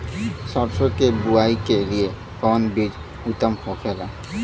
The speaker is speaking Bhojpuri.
सरसो के बुआई के लिए कवन बिज उत्तम होखेला?